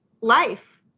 life